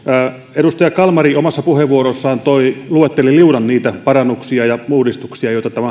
edustaja kalmari omassa puheenvuorossaan luetteli liudan niitä parannuksia ja uudistuksia joita tämä